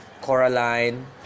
Coraline